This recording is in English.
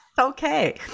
Okay